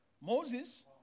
Moses